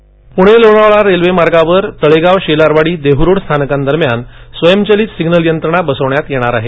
railway block Pune Lonavala railway मार्गावर तळेगाव शेलारवाडी देहरोड स्थानकांदरम्यान स्वयंचालित सिग्नल यंत्रणा बसवण्यात येणार आहे